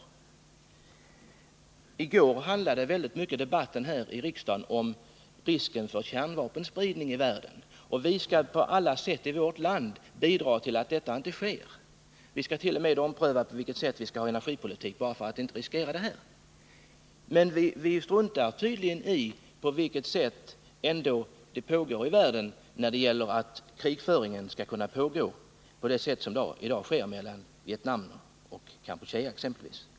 Debatten i går handlade väldigt mycket om risken för kärnvapenspridning i världen, och vi i vårt land skall på alla sätt bidra till att detta inte sker. Vi skallt.o.m. ompröva på vilket sätt vi skall bedriva energipolitik bara för att inte riskera detta. Men vi struntar tydligen ändå i på vilket sätt krigföringen i dag sker ute i världen, t.ex. mellan Vietnam och Kampuchea.